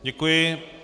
Děkuji.